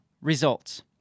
Results